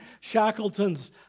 Shackleton's